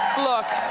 look.